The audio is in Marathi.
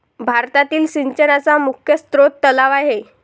भारतातील सिंचनाचा मुख्य स्रोत तलाव आहे